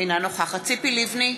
אינה נוכחת ציפי לבני,